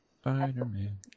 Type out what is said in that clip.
Spider-Man